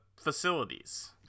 facilities